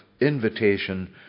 invitation